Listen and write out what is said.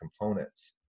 components